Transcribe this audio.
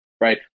right